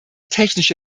technische